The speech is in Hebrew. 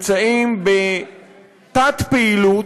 הם בתת-פעילות.